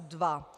2.